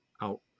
out